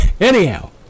anyhow